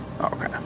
Okay